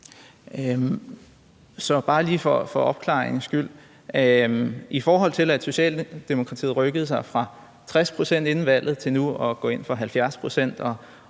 I forhold til at Socialdemokratiet har rykket sig fra 60 pct. inden valget til nu at gå ind for 70